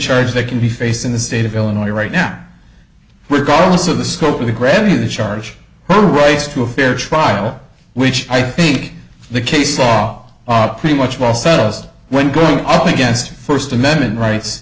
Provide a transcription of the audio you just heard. charge they can be facing the state of illinois right now regardless of the scope of the grabbing the charge the rights to a fair trial which i think the case saw are pretty much well sells when going up against first amendment rights